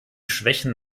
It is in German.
schwächen